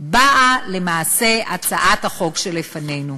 באה למעשה הצעת החוק שלפנינו.